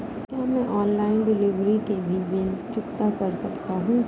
क्या मैं online delivery के भी बिल चुकता कर सकता हूँ?